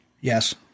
Yes